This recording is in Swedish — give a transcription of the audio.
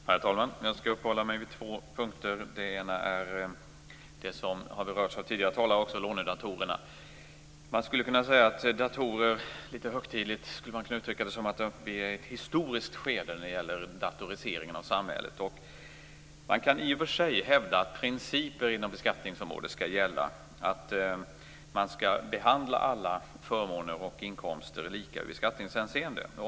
Herr talman! Jag skall uppehålla mig vid två punkter. Den ena är det som också har berörts av tidigare talare, lånedatorerna. Man skulle litet högtidligt kunna säga att vi är inne i ett historiskt skede när det gäller datoriseringen av samhället. Man kan i och för sig hävda att principen inom beskattningsområdet skall vara att man skall behandla alla förmåner och inkomster lika i beskattningshänseende.